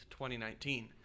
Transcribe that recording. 2019